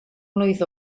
mlwydd